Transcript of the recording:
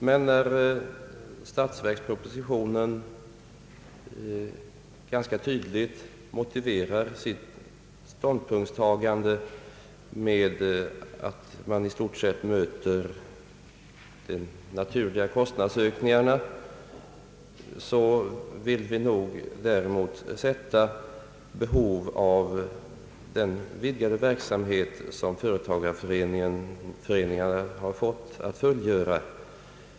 Men när regeringen i statsverkspropositionen ganska tydligt motiverar sitt ställningstagande med att man i stort sett motväger de naturliga kostnadsstegringarna ville vi mot detta peka på den vidgade verksamhet som företagareföreningarna har fått att fullgöra.